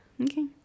Okay